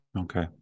Okay